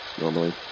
normally